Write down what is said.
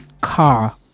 car